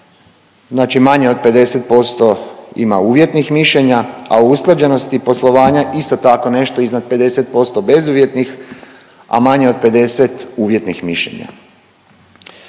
znači manje od 50% ima uvjetnih mišljenja, a o usklađenosti poslovanja isto tako nešto iznad 50% bezuvjetnih, a manje od 50 uvjetnih mišljenja.